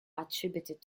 attributed